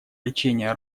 лечения